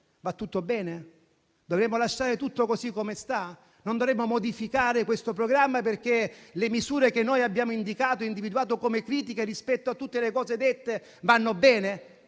Va tutto bene? Dobbiamo lasciare tutto così come sta? Non dovremmo modificare questo programma perché le misure che noi abbiamo indicato ed individuato come critica rispetto a tutte le cose dette vanno bene?